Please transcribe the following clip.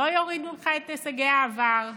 לא יורידו לך את הישגי העבר.